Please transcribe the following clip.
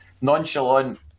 nonchalant